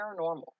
paranormal